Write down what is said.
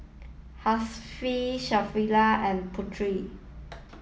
Hasif Sharifah and Putera